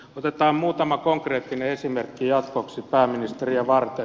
otetaan muutama konkreettinen esimerkki jatkoksi pääministeriä varten